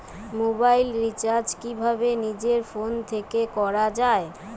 Mobile recharge কিভাবে নিজের phone থেকে করা য়ায়?